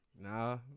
Nah